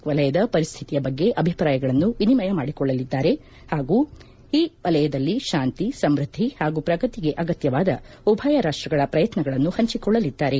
ಕ್ ವಲಯದ ಪರಿಸ್ತಿತಿಯ ಬಗ್ಗೆ ಅಭಿಪ್ರಾಯಗಳನ್ನು ವಿನಿಮಯ ಮಾಡಿಕೊಳ್ಳಲಿದ್ದಾರೆ ಹಾಗೂ ಈ ವಲಯದಲ್ಲಿ ಶಾಂತಿ ಸಮೃದ್ದಿ ಹಾಗೂ ಪ್ರಗತಿಗೆ ಅಗತ್ಯವಾದ ಉಭಯ ರಾಷ್ಟಗಳ ಪ್ರಯತ್ನಗಳನ್ನು ಹಂಚಿಕೊಳ್ಳಲಿದ್ದಾರೆ